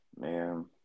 Man